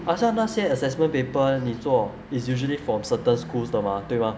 好像那些 assessment paper 你做 is usually from certain schools 的 mah 对吗